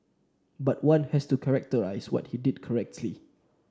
but one has to characterise what he did correctly